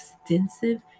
extensive